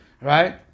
right